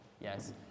Yes